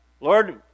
Lord